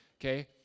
okay